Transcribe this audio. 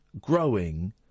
growing